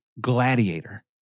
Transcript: gladiator